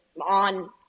on